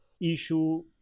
issue